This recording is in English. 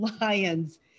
lions